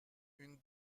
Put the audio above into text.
une